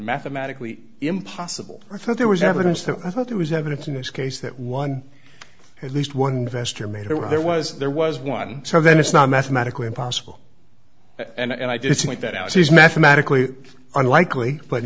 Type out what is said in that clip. mathematically impossible i thought there was evidence that i thought there was evidence in this case that one at least one vester major where there was there was one so then it's not mathematically impossible and i just point that out he's mathematically unlikely but